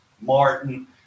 Martin